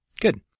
Good